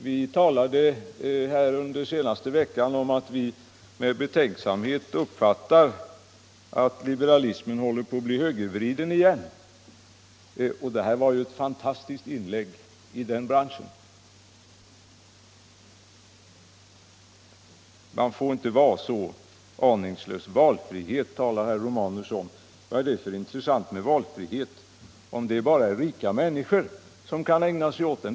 Vi talade under den senaste veckan om att vi med betänksamhet ser att liberalismen håller på att bli högervriden igen. Det här var ett fantastiskt inlägg i den branschen. Man får inte vara så aningslös. Valfrihet talar herr Romanus om. Vad är det för intressant med valfrihet, om det bara är rika människor som har den?